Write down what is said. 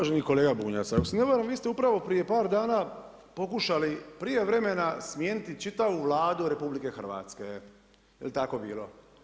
Uvaženi kolega Bunjac, ako se ne varam vi ste upravo prije par dana pokušali prije vremena smijeniti čitavu Vladu RH, je li tako bilo?